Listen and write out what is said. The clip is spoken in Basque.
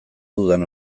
dudan